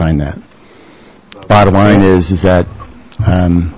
find that bottom line is is that